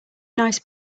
nice